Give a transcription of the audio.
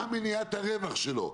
מה מניעת הרווח שלו,